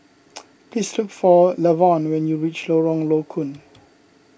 please look for Lavon when you reach Lorong Low Koon